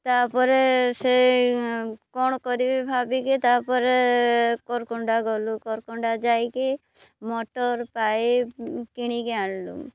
ତା'ପରେ ସେ କ'ଣ କରିବି ଭାବିକି ତା'ପରେ କର୍କଣ୍ଡା ଗଲୁ କର୍କଣ୍ଡା ଯାଇକି ମଟର୍ ପାଇପ୍ କିଣିକି ଆଣିଲୁ